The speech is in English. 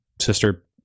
sister